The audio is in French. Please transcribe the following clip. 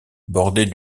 bordés